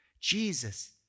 Jesus